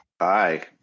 Hi